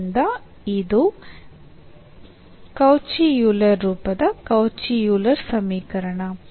ಆದ್ದರಿಂದ ಇದು Cauchy Euler ರೂಪದ ಕೌಚಿ ಯೂಲರ್ ಸಮೀಕರಣ